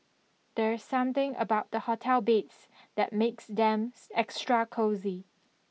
there's something about the hotel beds that makes them extra cosy